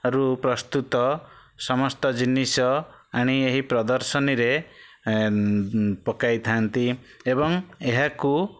ରୁ ପ୍ରସ୍ତୁତ ସମସ୍ତ ଜିନିଷ ଆଣି ଏହି ପ୍ରଦର୍ଶନୀରେ ପକାଇ ଥାଆନ୍ତି ଏବଂ ଏହାକୁ